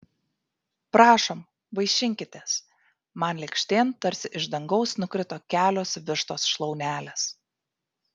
prašom vaišinkitės man lėkštėn tarsi iš dangaus nukrito kelios vištos šlaunelės